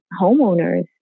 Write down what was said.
homeowners